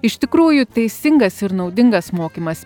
iš tikrųjų teisingas ir naudingas mokymas